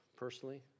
Personally